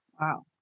Wow